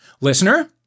Listener